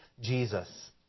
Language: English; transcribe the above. Jesus